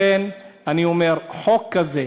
לכן אני אומר שחוק כזה